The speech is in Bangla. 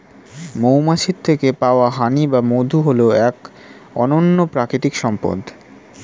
মৌমাছির থেকে পাওয়া হানি বা মধু হল এক অনন্য প্রাকৃতিক সম্পদ